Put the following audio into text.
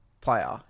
player